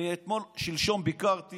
שלשום ביקרתי